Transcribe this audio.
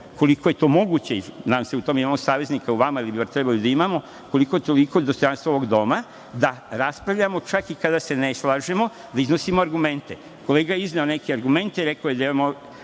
koliko je to moguće i nadam se da u tome imamo saveznika u vama ili bi bar trebalo da imamo, koliko-toliko dostojanstvo ovog doma da raspravljamo čak i kada se ne slažemo, da iznosimo argumente. Kolega je izneo neke argumente, rekao je da je